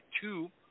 two